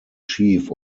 chief